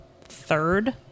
third